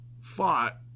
fought